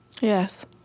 Yes